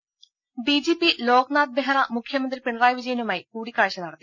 രുഭ ഡിജിപി ലോക്നാഥ് ബെഹ്റ മുഖ്യമന്ത്രി പിണറായി വിജയനുമായി കൂടിക്കാഴ്ച നടത്തി